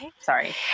Sorry